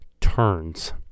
turns